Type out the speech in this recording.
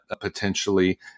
potentially